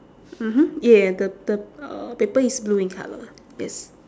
mmhmm ya the the uh paper is blue in colour yes